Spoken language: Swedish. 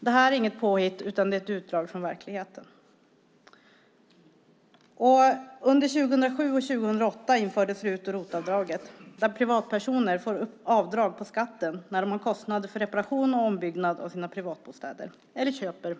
Det här är inget påhitt, utan det är ett utdrag från verkligheten. Under 2007 och 2008 infördes RUT och ROT-avdraget, där privatpersoner får avdrag på skatten när de har kostnader för reparation och ombyggnad av sina privatbostäder eller köper